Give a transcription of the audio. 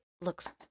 looks